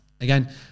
Again